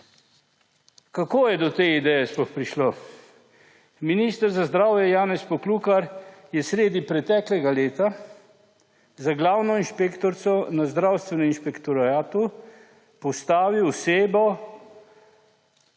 Kako je do te ideje sploh prišlo? Minister za zdravje Janez Poklukar je sredni preteklega leta za glavno inšpektorico na Zdravstvenem inšpektoratu postavil osebo,